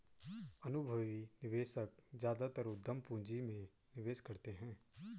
अनुभवी निवेशक ज्यादातर उद्यम पूंजी में निवेश करते हैं